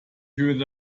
würde